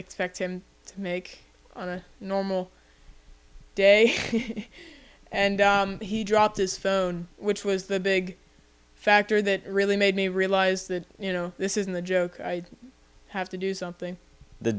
expect him to make on a normal day and he dropped his phone which was the big factor that really made me realize that you know this isn't a joke i have to do something the